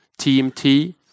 TMT